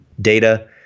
data